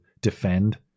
defend